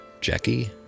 Jackie